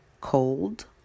cold